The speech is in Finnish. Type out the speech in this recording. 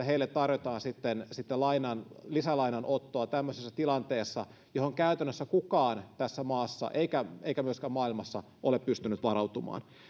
heille tarjotaan sitten sitten lisälainanottoa tämmöisessä tilanteessa johon käytännössä kukaan tässä maassa eikä myöskään maailmassa ole pystynyt varautumaan